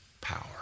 power